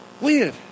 Weird